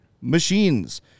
machines